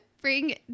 Bring